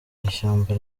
ishyamba